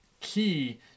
key